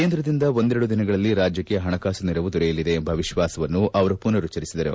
ಕೇಂದ್ರದಿಂದ ಒಂದೆರಡು ದಿನಗಳಲ್ಲಿ ರಾಜ್ಯಕ್ಕೆ ಪಣಕಾಸು ನೆರವು ದೊರೆಯಲಿದೆ ಎಂಬ ವಿಶ್ವಾಸವನ್ನು ಅವರು ಮನರುಚ್ಚರಿಸಿದರು